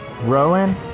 Rowan